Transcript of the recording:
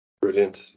Brilliant